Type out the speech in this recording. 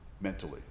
mentally